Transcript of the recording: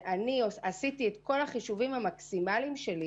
אני עשיתי את כל החישובים על מנת לקחת מהם